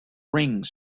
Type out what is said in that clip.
rings